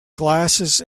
glasses